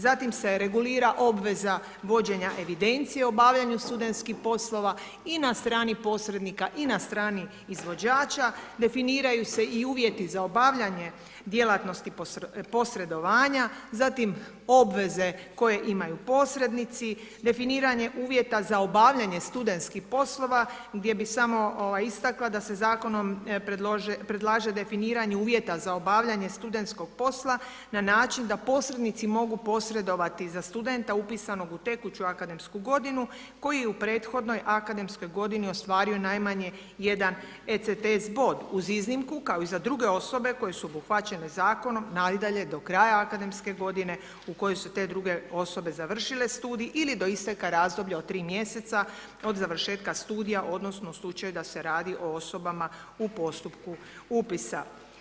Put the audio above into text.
Zatim se regulira obveza vođenja evidencije o obavljanju studentskih poslova i na strani posrednika i na strani izvođača, definiraju se i uvjeti za obavljanje djelatnosti posredovanja, zatim obveze koje imaju posrednici, definiranje uvjeta za obavljanje studentskih poslova gdje bih samo istakla da se zakonom predlaže definiranje uvjeta za obavljanje studentskog posla na način da posrednici mogu posredovati za studenta upisanog u tekuću akademsku godinu koji je u prethodnoj akademskoj godini ostvario najmanje jedan ECTS bod uz iznimku kao i za druge osobe koje su obuhvaćene zakonom, nadalje do kraja akademske godine u kojoj su te druge osobe završile studij ili do isteka razdoblja od 3 mjeseca od završetka studija, odnosno u slučaju da se radi o osobama u postupku upisa.